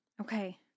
Okay